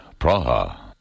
Praha